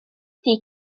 ydy